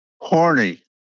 Horny